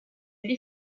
gli